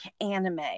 anime